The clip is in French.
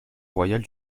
royal